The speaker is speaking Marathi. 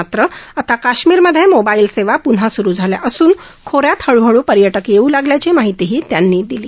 मात्र आता काश्मीरमधे मोबाईल सेवा पुन्हा सुरु झाल्या असून आता खो यांमधे हळुहळु पर्यटक येऊ लागल्याची माहिती त्यांनी दिली